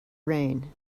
reign